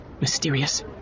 Mysterious